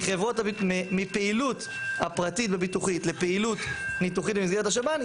מהפעילות הפרטית והבטיחות לפעילות ניתוחית במסגרת השב"ן,